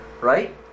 right